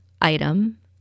item